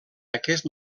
aquest